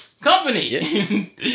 company